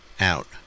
out